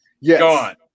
Yes